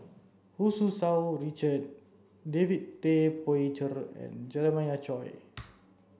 Hu Tsu Tau Richard David Tay Poey Cher and Jeremiah Choy